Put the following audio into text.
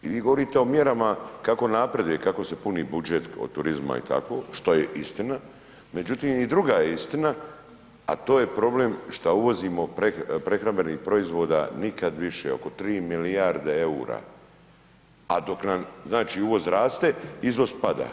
I vi govorite o mjerama kako napredujete, kako se puni budžet od turizma i tako, što je istina, međutim, i druga je istina, a to je problem što uvozimo prehrambene proizvoda nikada više oko 3 milijarde eura, a dok nam uvoz raste, izvoz pada.